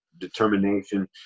determination